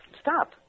stop